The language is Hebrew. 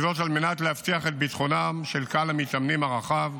וזאת על מנת להבטיח את ביטחונם של קהל המתאמנים הרחב,